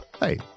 Hey